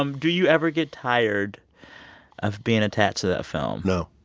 um do you ever get tired of being attached to that film? no.